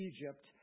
Egypt